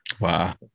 Wow